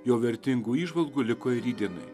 jo vertingų įžvalgų liko ir rytdienai